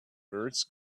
birds